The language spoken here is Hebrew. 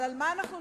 אבל על מה נלין?